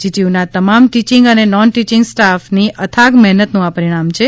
જીટીયુના તમામ ટીચીંગ અને નોન ટીંચીગ સ્ટાફની અથાગ મહેનતનું આ પરિણામ છે